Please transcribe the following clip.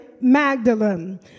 Magdalene